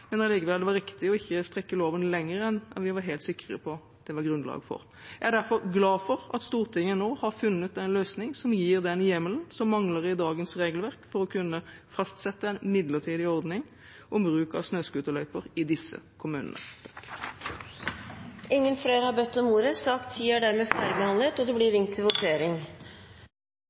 at det var riktig ikke å strekke loven lenger enn vi var helt sikre på at det var grunnlag for. Jeg er derfor glad for et Stortinget nå har funnet en løsning som gir den hjemmelen som mangler i dagens regelverk for å kunne fastsette en midlertidig ordning om bruk av snøscooterløyper i disse kommunene. Flere har ikke bedt om ordet til sak nr. 10. Da er